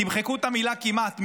תמחקו את המילה כמעט,